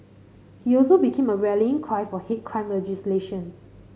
he also became a rallying cry for hate crime legislation